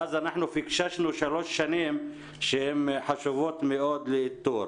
ואז אנחנו פקששנו שלוש שנים שהן חשובות מאוד לאיתור.